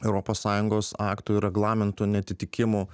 europos sąjungos aktų ir reglamentų neatitikimų